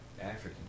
African